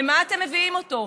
למה אתם מביאים אותו?